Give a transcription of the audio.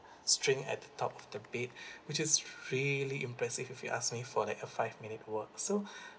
string at the top of the bed which is really impressive if you ask me for that a five minute work so